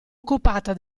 occupata